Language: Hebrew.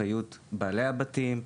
אחריות בעלי הבתים,